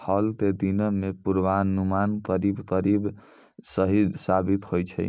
हाल के दिनों मॅ पुर्वानुमान करीब करीब सही साबित होय छै